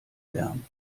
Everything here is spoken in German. lärm